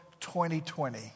2020